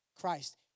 Christ